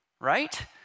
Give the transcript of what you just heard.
right